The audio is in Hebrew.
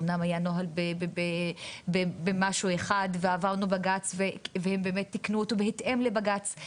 אמנם היה נוהל במשהו אחד ועברנו בג"ץ והם תיקנו אותו בהתאם לבג"ץ.